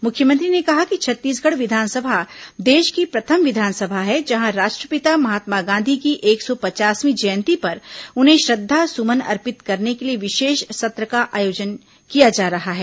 मुख्यमंत्री ने कहा कि छत्तीसगढ़ विधानसभा देश की प्रथम विधानसभा है जहां राष्ट्रपिता महात्मा गांधी की एक सौ पचासवीं जयंती पर उन्हें श्रद्धासुमन अर्पित करने के लिए विशेष सत्र का आयोजन किया जा रहा है